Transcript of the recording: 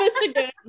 Michigan